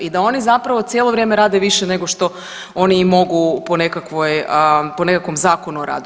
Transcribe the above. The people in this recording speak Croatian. I da oni zapravo cijelo vrijeme rade više nego što oni mogu po nekakvom Zakonu o radu.